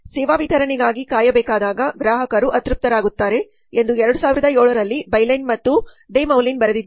ಸೇವಾ ವಿತರಣೆಗಾಗಿ ಕಾಯಬೇಕಾದಾಗ ಗ್ರಾಹಕರು ಅತೃಪ್ತರಾಗುತ್ತಾರೆ ಎಂದು 2007 ರಲ್ಲಿ ಬೈಲೆನ್ ಮತ್ತು ಡೆಮೌಲಿನ್ ಬರೆದಿದ್ದಾರೆ